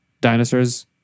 Dinosaurs